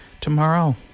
Tomorrow